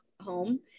home